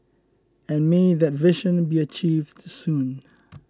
and may that vision be achieved soon